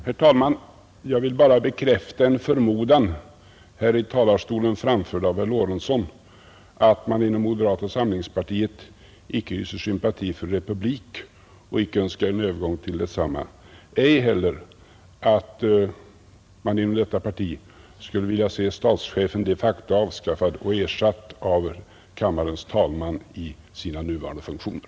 Herr talman! Jag vill bara bekräfta en förmodan, här i talarstolen framförd av herr Lorentzon, att man inom moderata samlingspartiet icke hyser sympatier för republik, icke önskar en övergång till republik och att man inom detta parti ej heller skulle vilja se statschefen de facto avskaffad och ersatt av kammarens talman i sina nuvarande funktioner.